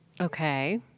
Okay